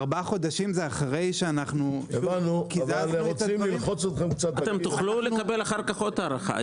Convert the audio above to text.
הארבעה חודשים זה אחרי שקיזזנו- - תוכלו לקבל אחר כך עוד הארכה.